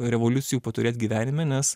revoliucijų paturėt gyvenime nes